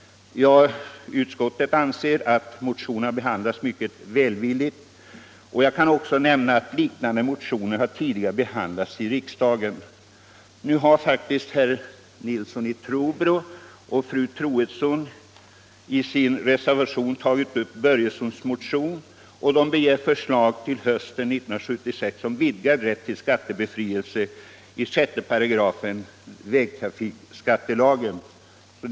Utskottet anser att motionen har behandlats mycket välvilligt. Jag kan också nämna att liknande motioner tidigare har behandlats i riksdagen.